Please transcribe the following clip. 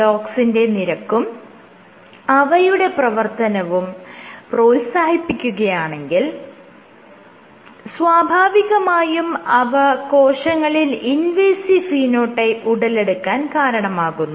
LOX ന്റെ നിരക്കും അവയുടെ പ്രവർത്തനവും പ്രോത്സാഹിപ്പിക്കുകയാണെങ്കിൽ സ്വാഭാവികമായും അവ കോശങ്ങളിൽ ഇൻവേസീവ് ഫീനോടൈപ്പ് ഉടലെടുക്കാൻ കാരണമാകുന്നു